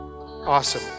Awesome